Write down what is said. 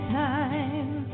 time